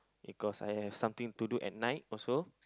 because I have something to do at night also